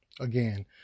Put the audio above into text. Again